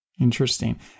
Interesting